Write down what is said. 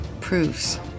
proves